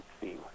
see